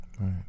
Right